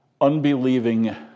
unbelieving